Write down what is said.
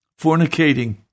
fornicating